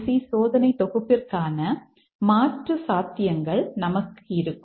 C சோதனைத் தொகுப்பிற்கான மாற்று சாத்தியங்கள் நமக்கு இருக்கும்